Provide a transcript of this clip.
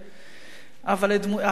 אבל האדם שהיה.